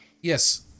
Yes